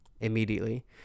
immediately